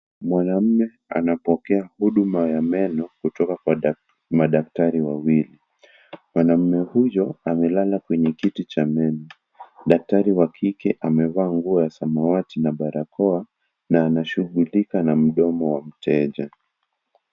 Mwanaume anapokea huduma ya meno kutoka kwa madaktari wawili mwanamume huyo amelala kwenye kiti cha meno daktari wa kike amevaa nguo ya samawati na barakoa na anashughulika na mdomo wa mteja.